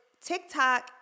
TikTok